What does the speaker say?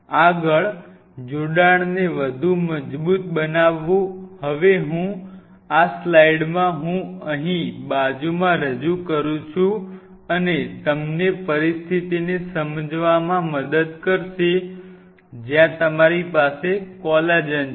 આગળ જોડાણને વધુ મજબૂત બનાવવું હવે હું આ સ્લાઇડમાં હું અહીં બાજુમાં રજૂ કરું છું અને તમને પરિસ્થિતિને સમજવામાં મદદ કરશે જ્યાં તમારી પાસે કોલેજન છે